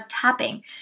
tapping